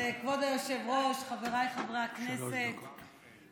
כבוד היושב-ראש, חבריי חברי הכנסת, שלוש דקות.